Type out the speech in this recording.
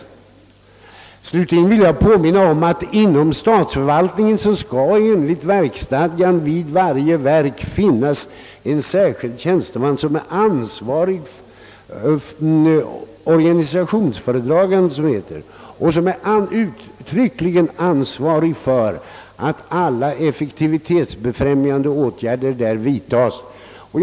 Slutligen vill jag erinra om att det enligt verksstadgan vid varje verk skall finnas en särskild tjänsteman — organisationsföredragande som det heter — vilken uttryckligen är ansvarig för att alla effektivitetsbefrämjande åtgärder vidtas vid verket.